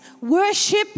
worship